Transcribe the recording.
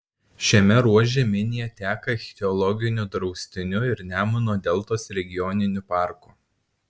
šiame ruože minija teka ichtiologiniu draustiniu ir nemuno deltos regioniniu parku